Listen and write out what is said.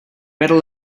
better